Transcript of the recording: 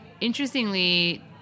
Interestingly